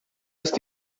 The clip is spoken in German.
ist